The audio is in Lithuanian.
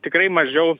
tikrai mažiau